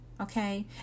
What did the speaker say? okay